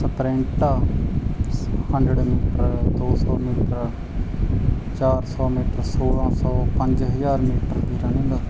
sprint ਸ hundred metre ਦੋ ਸੌ ਮੀਟਰ ਚਾਰ ਸੌ ਮੀਟਰ ਸੌਲ੍ਹਾਂ ਸੌ ਪੰਜ ਹਜ਼ਾਰ ਮੀਟਰ ਦੀ ਰਨਿੰਗ